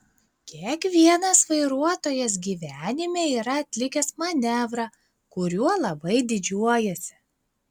kiekvienas vairuotojas gyvenime yra atlikęs manevrą kuriuo labai didžiuojasi